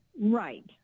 Right